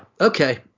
Okay